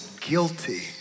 guilty